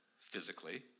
physically